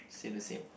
still the same